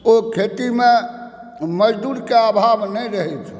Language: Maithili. ओहि खेतीमे मजदूरके अभाव नहि रहै छल